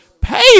Pay